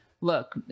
look